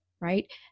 right